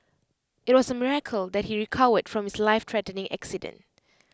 IT was A miracle that he recovered from his lifethreatening accident